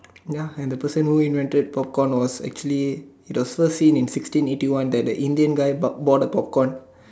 ya and the person who invented popcorn was actually it was first seen in sixteen eighty one that a Indian guy bo~ bought a popcorn